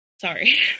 sorry